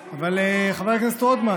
חבר הכנסת רוטמן.